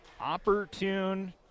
opportune